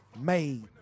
made